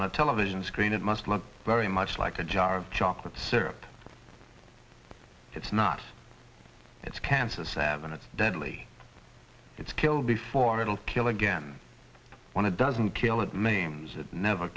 on a television screen it must look very much like a jar of chocolate syrup it's not it's cancer seven it's deadly it's kill before it'll kill again when it doesn't kill it maims it never